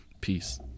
peace